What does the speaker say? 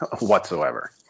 whatsoever